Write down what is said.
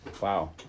wow